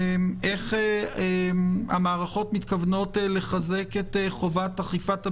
איך המערכות מתכוונות לחזק את חובת אכיפת הבידוד,